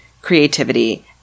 creativity